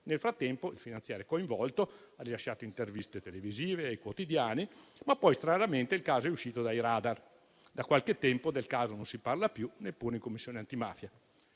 Nel frattempo, il finanziere coinvolto ha rilasciato interviste televisive ai quotidiani, ma poi stranamente il caso è uscito dai *radar* e da qualche tempo di esso non si parla più neppure in Commissione antimafia.